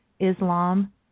Islam